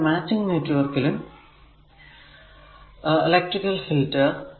പിന്നെ matching network electrical filter